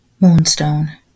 Moonstone